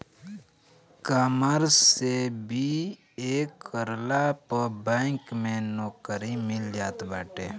ecommerce से BA करला पअ बैंक में नोकरी मिल जात बाटे